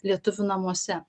lietuvių namuose